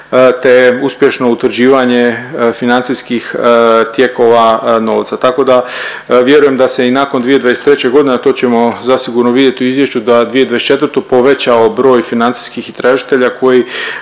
te uspješno utvrđivanje financijskih tijekova novca. Tako da vjerujem da se i nakon 2023. godine, a to ćemo zasigurno vidjeti u izvješću za 2024. povećao broj financijskih istražitelja koji